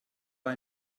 war